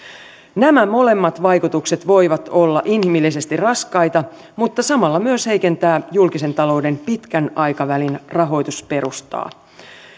nämä molemmat vaikutukset voivat olla inhimillisesti raskaita mutta samalla myös heikentää julkisen talouden pitkän aikavälin rahoitusperustaa